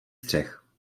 střech